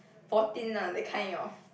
fourteen ah that kind of